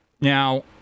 Now